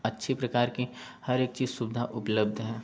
अच्छी प्रकार की हर एक चीज सुविधा उपलब्ध है